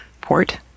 Port